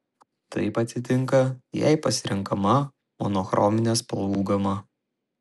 taip atsitinka jei pasirenkama monochrominė spalvų gama